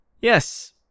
Yes